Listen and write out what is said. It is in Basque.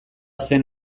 zen